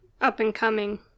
up-and-coming